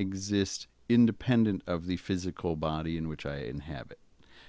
exist independent of the physical body in which i inhabit